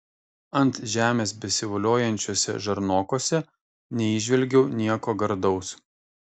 ant žemės besivoliojančiuose žarnokuose neįžvelgiau nieko gardaus